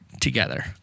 together